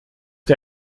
ihr